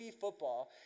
football